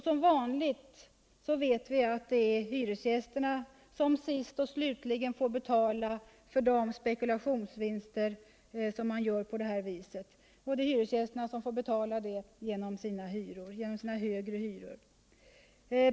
Som vanligt är det hyresgästerna som sist och slutligen får betala spekulationsvinsterna genom högre hyror.